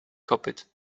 kopyt